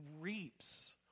reaps